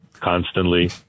constantly